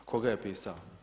Tko ga je pisao?